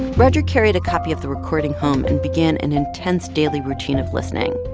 roger carried a copy of the recording um and began an intense daily routine of listening.